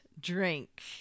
drink